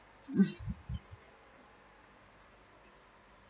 mm